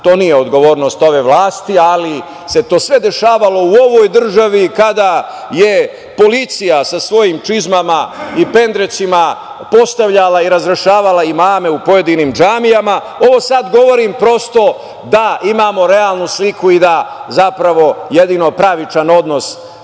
to nije odgovornost ove vlasti, ali se sve to dešavalo u ovoj državi kada je policija sa svojim čizmama i pendrecima postavljala i razrešavala imame u pojedinim džamijama. Ovo sad govorim, prosto, da imamo realnu sliku i da zapravo jedino pravičan odnos